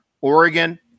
Oregon